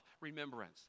remembrance